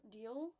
deal